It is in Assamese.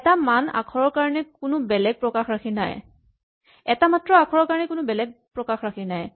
এটা মাত্ৰ আখৰৰ কাৰণে কোনো বেলেগ প্ৰকাশৰাশি নাই